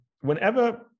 whenever